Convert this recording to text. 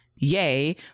Yay